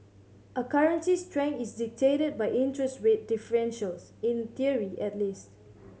a currency's strength is dictated by interest rate differentials in theory at least